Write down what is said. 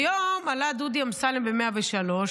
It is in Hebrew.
היום עלה דודי אמסלם ב-103,